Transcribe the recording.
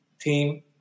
team